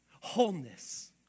wholeness